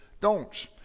don'ts